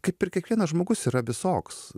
kaip ir kiekvienas žmogus yra visoks